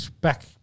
back